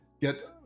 get